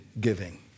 giving